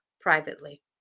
privately